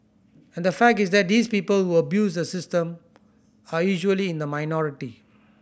and the fact is that these people who abuse the system are usually in the minority